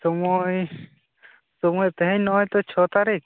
ᱥᱚᱢᱚᱭ ᱥᱚᱢᱚᱭ ᱛᱮᱦᱮᱧ ᱱᱚᱜᱼᱚᱭ ᱛᱚ ᱪᱷᱚ ᱛᱟᱹᱨᱤᱠᱷ